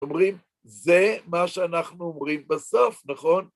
אומרים, זה מה שאנחנו אומרים בסוף, נכון?